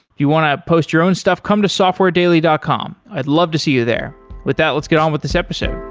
you want to post your own stuff, come to softwaredaily dot com. i'd love to see you there with that, let's get on with this episode